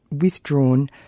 withdrawn